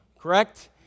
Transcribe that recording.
correct